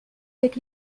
avec